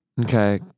Okay